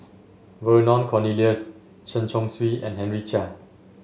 Vernon Cornelius Chen Chong Swee and Henry Chia